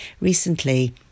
recently